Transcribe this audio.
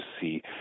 see